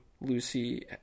Lucy